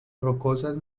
rocosas